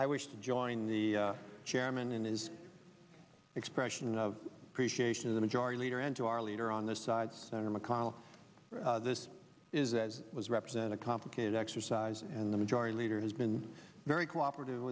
i wish to join the chairman in his expression of appreciation of the majority leader and to our leader on this side senator mcconnell this is as was represent a complicated exercise and the majority leader has been very cooperative